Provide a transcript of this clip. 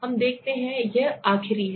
हम देखते हैं कि यह आखिरी है